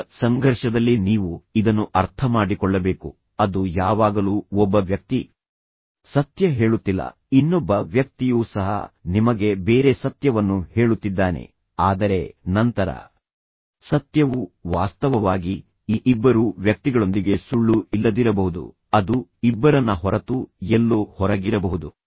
ಈಗ ಸಂಘರ್ಷದಲ್ಲಿ ನೀವು ಇದನ್ನು ಅರ್ಥಮಾಡಿಕೊಳ್ಳಬೇಕು ಅದು ಯಾವಾಗಲೂ ಒಬ್ಬ ವ್ಯಕ್ತಿ ಸತ್ಯ ಹೇಳುತ್ತಿಲ್ಲ ಇನ್ನೊಬ್ಬ ವ್ಯಕ್ತಿಯೂ ಸಹ ನಿಮಗೆ ಬೇರೆ ಸತ್ಯವನ್ನು ಹೇಳುತ್ತಿದ್ದಾನೆ ಆದರೆ ನಂತರ ಸತ್ಯವು ವಾಸ್ತವವಾಗಿ ಈ ಇಬ್ಬರು ವ್ಯಕ್ತಿಗಳೊಂದಿಗೆ ಸುಳ್ಳು ಇಲ್ಲದಿರಬಹುದು ಅದು ಇಬ್ಬರನ್ನ ಹೊರತು ಎಲ್ಲೋ ಹೊರಗಿರಬಹುದು